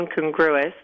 incongruous